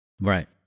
Right